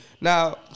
now